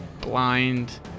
blind